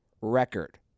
record